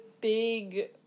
big